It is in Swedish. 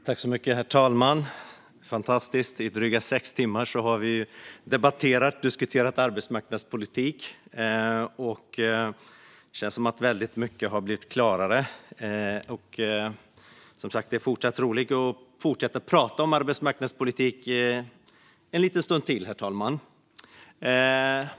Herr talman! Det är fantastiskt att vi i dryga sex timmar har debatterat och diskuterat arbetsmarknadspolitik. Det känns som att väldigt mycket har blivit klarare. Det är roligt att fortsätta att tala om arbetsmarknadspolitik en liten stund till, herr talman.